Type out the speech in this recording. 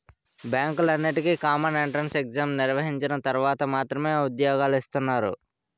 బ్యాంకులన్నింటికీ common entrance exam నిర్వహించిన తర్వాత మాత్రమే ఉద్యోగాలు ఇస్తున్నారు